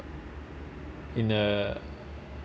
in a